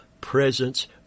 presence